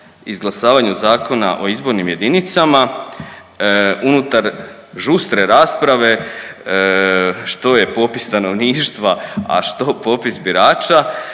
izglasavanju Zakona o izbornim jedinicama unutar žustre rasprave što je popis stanovništva, a što popis birača.